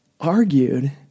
argued